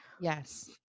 Yes